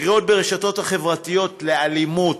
קריאות ברשתות החברתיות לאלימות,